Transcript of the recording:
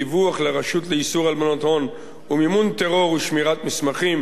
דיווח לרשות לאיסור הלבנת הון ומימון טרור ושמירת מסמכים,